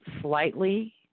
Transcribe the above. Slightly